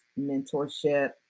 mentorship